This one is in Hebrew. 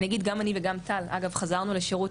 אני אגיד גם אני וגם טל אגב חזרנו לשירות